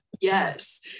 yes